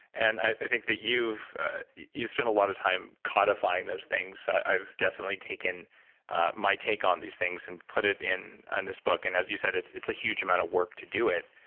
and i think that you've you've spent a lot of time codifying those things. i've definitely taken my take on these things and put it in and this book. and as you said, it's it's a huge amount of work to do it,